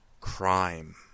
crime